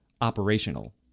operational